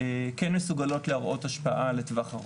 כן מסוגלות להראות השפעה לטווח ארוך.